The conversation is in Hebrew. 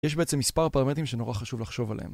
יש בעצם מספר פרמטים שנורא חשוב לחשוב עליהם